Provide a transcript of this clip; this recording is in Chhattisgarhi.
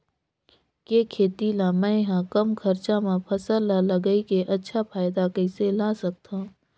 के खेती ला मै ह कम खरचा मा फसल ला लगई के अच्छा फायदा कइसे ला सकथव?